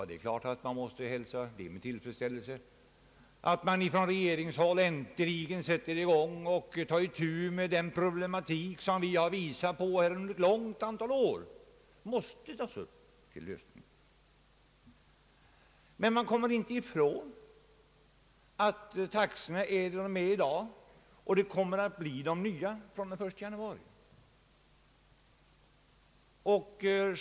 Det är klart att man måste hälsa med tillfredsställelse att regeringen änligen sätter i gång och tar itu med den problematik som vi har visat på under ett långt antal år. Dessa problem måste tas upp till lösning. Man kommer emellertid inte ifrån att taxorna är vad de är i dag och att de nya träder i kraft den 1 januari.